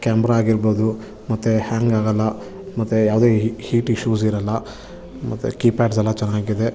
camera ಆಗಿರ್ಬೋದು ಮತ್ತೆ hang ಆಗಲ್ಲ ಮತ್ತೆ ಯಾವುದೇ ಹೀಟ್ ಇಶ್ಯೂಸ್ ಇರಲ್ಲ ಮತ್ತೆ ಕಿ ಪ್ಯಾಡ್ಸ್ ಎಲ್ಲ ಚೆನ್ನಾಗಿದೆ